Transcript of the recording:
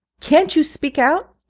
can't you speak out?